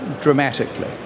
dramatically